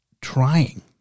trying